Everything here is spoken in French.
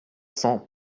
cents